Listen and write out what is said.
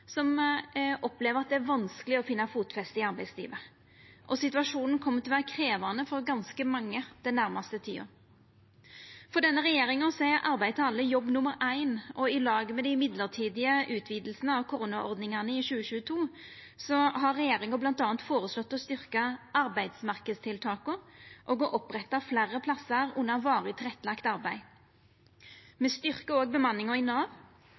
som opplever at det er vanskeleg å finna fotfeste i arbeidslivet. Situasjonen kjem til å vera krevjande for ganske mange den nærmaste tida. For denne regjeringa er arbeid til alle jobb nummer éin, og i lag med dei mellombelse utvidingane av koronaordningane i 2022 har regjeringa bl.a. føreslått å styrkja arbeidsmarknadstiltaka og å oppretta fleire plassar under varig tilrettelagt arbeid. Me styrkjer òg bemanninga i Nav